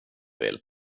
vill